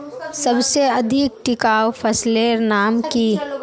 सबसे अधिक टिकाऊ फसलेर नाम की?